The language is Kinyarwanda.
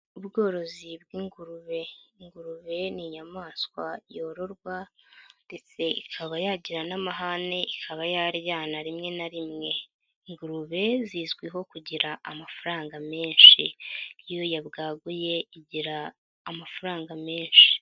Ubworozi bw'ingurube, ingurube ni inyamaswa yororwa ndetse ikaba yagira n'amahane ikaba yaryana rimwe na rimwe, ingurube zizwiho kugira amafaranga menshi, iyo yabwaguye igira amafaranga menshi.